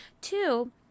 Two